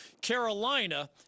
Carolina